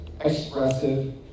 expressive